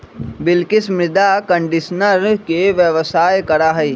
बिलकिश मृदा कंडीशनर के व्यवसाय करा हई